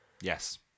Yes